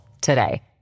today